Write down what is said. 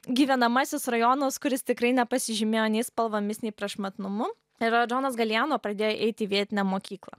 gyvenamasis rajonas kuris tikrai nepasižymėjo nei spalvomis nei prašmatnumu ir džonas galijano pradėjo eiti į vietinę mokyklą